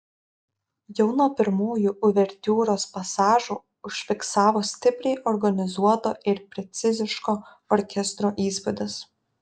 jau nuo pirmųjų uvertiūros pasažų užsifiksavo stipriai organizuoto ir preciziško orkestro įspūdis